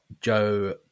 Joe